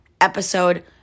episode